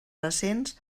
recents